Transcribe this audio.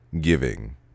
giving